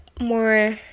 more